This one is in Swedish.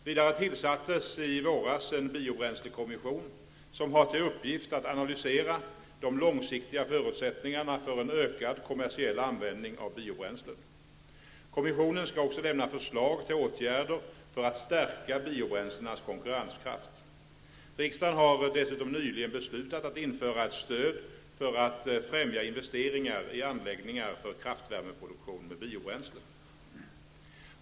Vidare tillsattes i våras en biobränslekommission, som har till uppgift att analysera de långsiktiga förutsättningarna för en ökad kommersiell användning av biobränslen. Kommissionen skall också lämna förslag till åtgärder för att stärka biobränslenas konkurrenskraft. Riksdagen har dessutom nyligen beslutat att införa ett stöd för att främja investeringar i anläggningar för kraftvärmeproduktion med biobränslen.